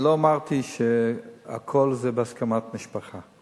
לא אמרתי שהכול זה בהסכמת המשפחה.